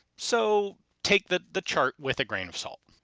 so take the the chart with a grain of salt.